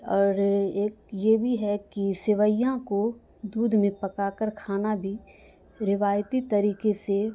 اور ایک یہ بھی ہے کہ سویاں کو دودھ میں پکا کر کھانا بھی روایتی طریقے سے